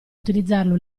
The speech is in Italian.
utilizzarlo